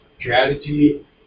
strategy